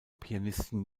pianisten